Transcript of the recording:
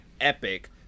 Epic